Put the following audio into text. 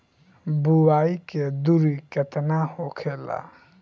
बुआई के दूरी केतना होखेला?